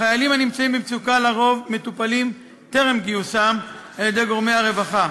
החיילים הנמצאים במצוקה לרוב מטופלים טרם גיוסם על-ידי גורמי הרווחה.